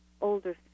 older